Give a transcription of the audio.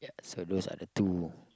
so those are the two